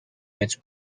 متر